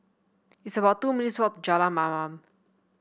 it's about two minutes' walk Jalan Mamam